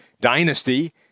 dynasty